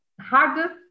hardest